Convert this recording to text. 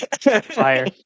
fire